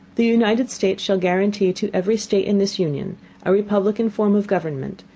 the united states shall guarantee to every state in this union a republican form of government,